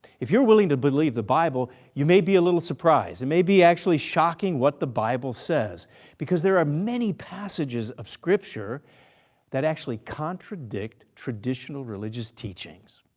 if you're willing to believe the bible you may be a little surprised, it maybe actually shocking what the bible says because there are many passages of scripture that actually contradict traditional religious teachings.